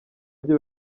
byo